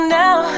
now